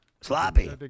Sloppy